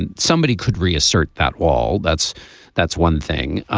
and somebody could reassert that wall. that's that's one thing.